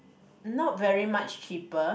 not very much cheaper